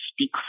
speak